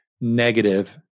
negative